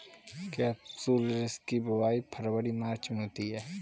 capsularis की बुवाई फरवरी मार्च में होती है